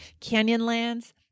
Canyonlands